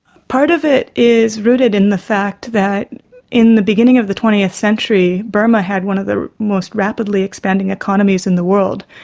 part of it is rooted in the fact that in the beginning of the twentieth century burma had one of the most rapidly expanding economies in the world.